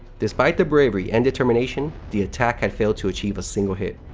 despite the bravery and determination, the attack had failed to achieve a single hit.